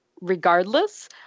regardless